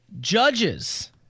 Judges